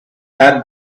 had